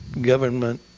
government